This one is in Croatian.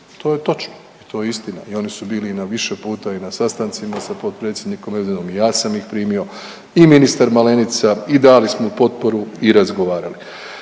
to je točno, to je istina i oni su bili i na više puta i na sastancima sa potpredsjednikom Medvedom i ja sam ih primio i ministar Malenica i dali smo potporu i razgovarali.